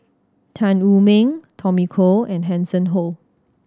Tan Wu Meng Tommy Koh and Hanson Ho